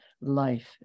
life